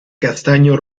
castaño